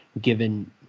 given